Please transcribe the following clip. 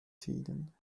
tiden